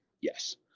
Yes